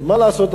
ומה לעשות,